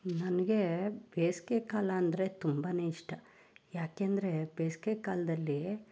ನನ್ಗೆ ಬೇಸಿಗೆಕಾಲ ಅಂದರೆ ತುಂಬಾ ಇಷ್ಟ ಯಾಕೆಂದರೆ ಬೇಸಿಗೆಕಾಲ್ದಲ್ಲಿ